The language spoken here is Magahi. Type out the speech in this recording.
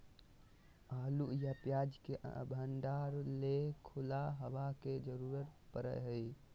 आलू या प्याज के भंडारण ले खुला हवा के जरूरत पड़य हय